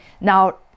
Now